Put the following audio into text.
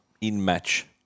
in-match